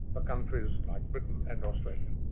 ah countries like britain and australia.